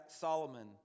Solomon